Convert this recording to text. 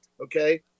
okay